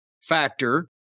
factor